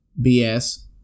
BS